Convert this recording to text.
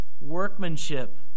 Workmanship